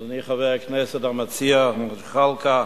אדוני חבר הכנסת המציע זחאלקה,